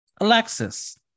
Alexis